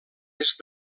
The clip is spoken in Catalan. est